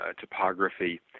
topography